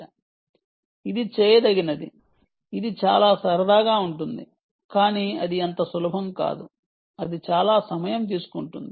ఇది చేయదగినది ఇది చాలా సరదాగా ఉంటుంది కానీ అది అంత సులభం కాదు అది చాలా సమయం తీసుకుంటుంది